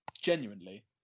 genuinely